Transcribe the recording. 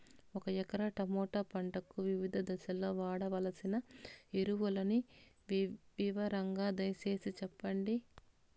ఒక ఎకరా టమోటా పంటకు వివిధ దశల్లో వాడవలసిన ఎరువులని వివరంగా దయ సేసి చెప్పండి?